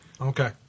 Okay